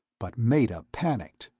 but meta panicked.